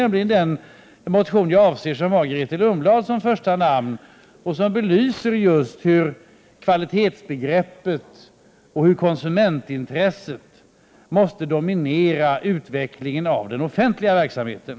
Motionen, som har Grethe Lundblad som första namn, belyser just att kvalitetsbegreppet och konsumentintresset måste dominera utvecklingen av den offentliga verksamheten.